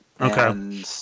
Okay